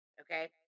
okay